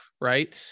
right